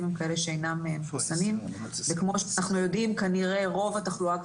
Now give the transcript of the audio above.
הם כאלה שאינם מחוסנים וכמו שאנחנו יודעים כבר כנראה רוב התחלואה,